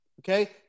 Okay